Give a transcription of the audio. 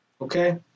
Okay